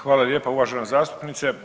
Hvala lijepa uvažena zastupnice.